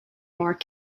more